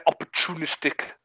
opportunistic